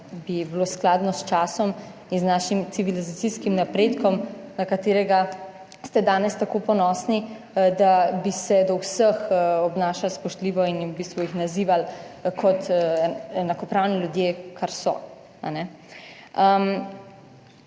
bi bilo skladno s časom in z našim civilizacijskim napredkom, na katerega ste danes tako ponosni, da bi se do vseh obnašali spoštljivo in v bistvu jih nazivali **52.